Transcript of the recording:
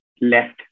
left